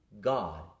God